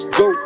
go